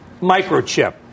Microchip